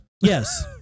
Yes